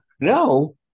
no